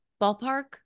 Ballpark